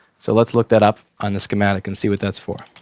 so let's look that up on the schematic and see what that's for.